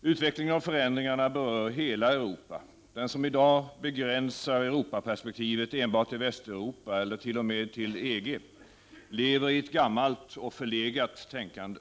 Utvecklingen och förändringarna berör hela Europa. Den som i dag begränsar Europaperspektivet enbart till Västeuropa — eller t.o.m. till EG — lever i ett gammalt och förlegat tänkande.